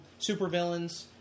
supervillains